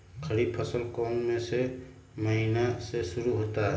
खरीफ फसल कौन में से महीने से शुरू होता है?